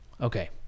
Okay